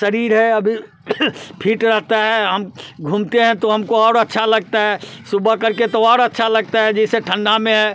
शरीर है अभी फिट रहता है हम घूमते हैं तो हमको और अच्छा लगता है सुबह करके तो और अच्छा लगता है जैसे ठंडा में हैं